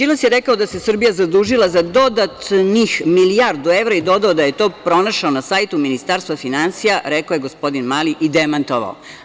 Đilas je rekao da se Srbija zadužila za dodatnih milijardu evra i dodao je da je to pronašao na sajtu Ministarstva finansija, rekao je gospodin Mali i demantovao.